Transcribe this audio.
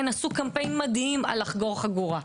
כן, עשו קמפיין מדהים על לחגור חגורה.